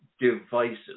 devices